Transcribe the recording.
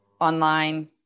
online